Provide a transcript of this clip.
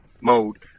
mode